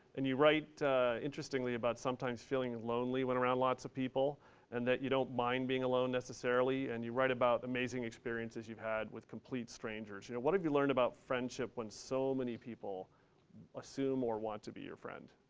and you write interestingly about sometimes feeling lonely when around lots of people and that you don't mind being alone, necessarily. and you write about amazing experiences you've had with complete strangers. you know what have you learned about friendship when so many people assume or want to be your friend?